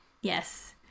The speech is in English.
Yes